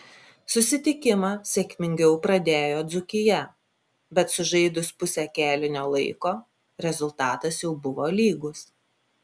susitikimą sėkmingiau pradėjo dzūkija bet sužaidus pusę kėlinio laiko rezultatas jau buvo lygus